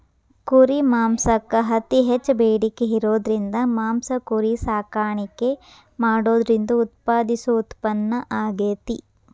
ಕುರಿ ಮಾಂಸಕ್ಕ್ ಅತಿ ಹೆಚ್ಚ್ ಬೇಡಿಕೆ ಇರೋದ್ರಿಂದ ಮಾಂಸ ಕುರಿ ಸಾಕಾಣಿಕೆ ಮಾಡೋದ್ರಿಂದ ಉತ್ಪಾದಿಸೋ ಉತ್ಪನ್ನ ಆಗೇತಿ